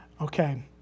Okay